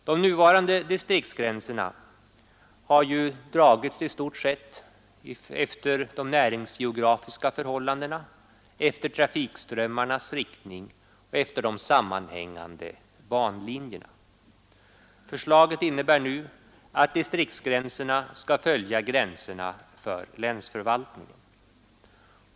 De nuvarande distriktsgränserna har ju dragits i stort sett efter de näringsgeografiska förhållandena, efter trafikströmmarnas riktning och efter de sammanhängande banlinjerna. Förslaget innebär nu att distriktsgränserna skall följa gränserna för länsförvaltningen.